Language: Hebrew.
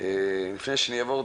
לפני שאני אעבור,